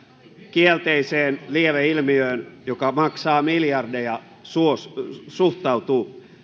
kielteiseen lieveilmiöön joka maksaa miljardeja suhtautuu suhtautuu